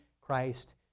Christ